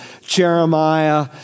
Jeremiah